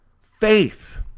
faith